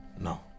No